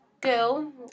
girl